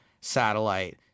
satellite